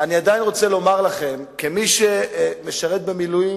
כמי שמשרת במילואים,